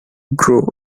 grow